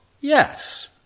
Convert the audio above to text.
yes